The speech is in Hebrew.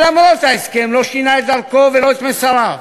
שלמרות ההסכם לא שינה את דרכו ולא את מסריו,